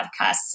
podcasts